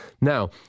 Now